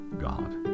God